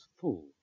full